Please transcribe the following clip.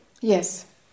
Yes